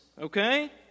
Okay